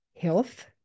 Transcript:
health